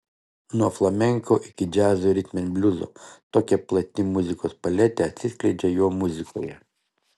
nuo flamenko iki džiazo ir ritmenbliuzo tokia plati muzikos paletė atsiskleidžia jo muzikoje